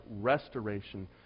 restoration